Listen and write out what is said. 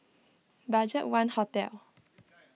Budgetone Hotel